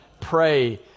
pray